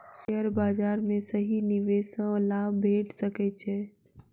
share बाजार में सही निवेश सॅ लाभ भेट सकै छै